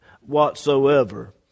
whatsoever